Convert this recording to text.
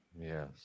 Yes